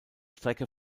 strecke